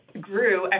grew